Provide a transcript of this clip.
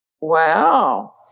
Wow